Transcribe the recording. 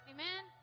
Amen